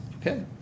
Okay